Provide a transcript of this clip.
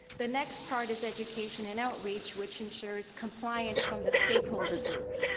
the next part is education and outreach which ensures compliance from the stakeholder group.